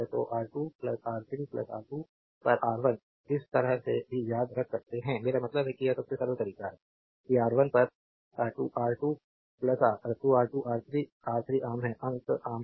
तो R2 R3 R2 पर R1 इस तरह से भी यह याद कर सकते हैं मेरा मतलब है कि यह सबसे सरल तरीका है कि R1 पर 2 R2 R3 R3 आम है अंक आम है